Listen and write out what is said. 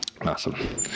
Awesome